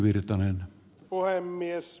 arvoisa puhemies